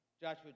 Joshua